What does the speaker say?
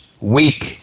weak